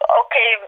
okay